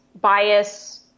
bias